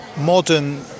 modern